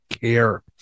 care